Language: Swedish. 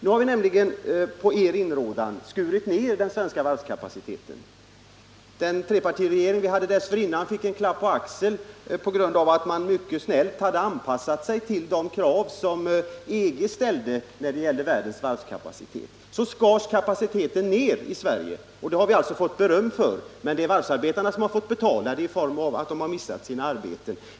Nu har vi på er inrådan skurit ned den svenska varvskapaciteten. Den trepartiregering vi hade före folkpartiregeringen fick en klapp på axeln på grund av att den mycket snällt hade anpassat sig till de krav som EG ställde när det gällde världens varvskapacitet. Kapaciteten skars alltså ned i Sverige och det har vi fått beröm för, men det är varvsarbetarna som fått betala det och blivit av med sina arbeten.